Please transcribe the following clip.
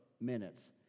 minutes